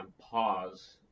pause